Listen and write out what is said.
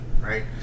right